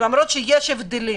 למרות שיש הבדלים.